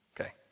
Okay